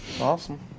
Awesome